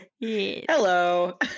hello